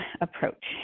approach